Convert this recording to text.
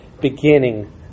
beginning